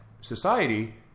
society